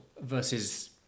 versus